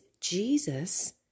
Jesus